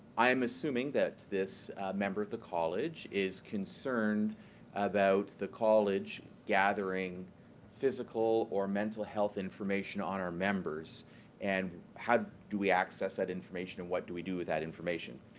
i'm assuming that this member of the college is concerned about the college gathering physical or mental health information on our members and how do we access that information and what do we do with that information.